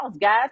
guys